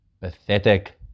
pathetic